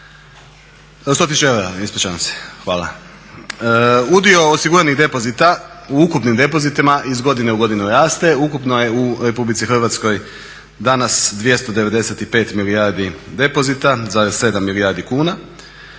Udio osiguranih depozita u ukupnim depozitima iz godine u godinu raste. Ukupno je u RH danas 295 milijardi depozita zarez 7 milijardi kuna,